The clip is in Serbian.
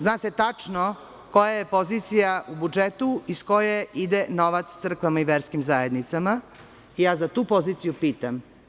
Zna se tačno koja je pozicija u budžetu iz koje ide novac crkvama i verskim zajednicama, ja za tu poziciju pitam.